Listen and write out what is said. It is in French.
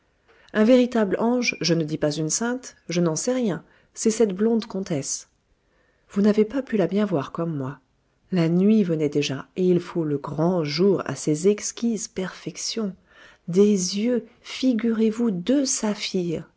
un véritable ange je ne dis pas une sainte je n'en sais rien c'est cette blonde comtesse vous n'avez pas pu la bien voir comme moi la nuit venait déjà et il faut le grand jour à ces exquises perfections des yeux figurez-vous deux saphirs